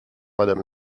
madame